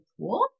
tool